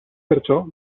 perciò